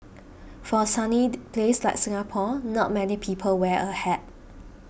for a sunny place like Singapore not many people wear a hat